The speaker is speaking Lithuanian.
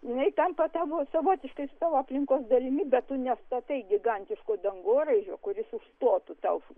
jinai tampa tavo savotiška tavo aplinkos dalimi bet tu nestatai gigantiško dangoraižio kuris užstotų tau